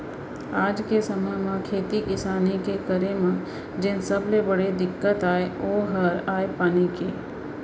आज के समे म खेती किसानी के करे म जेन सबले बड़े दिक्कत अय ओ हर अय पानी के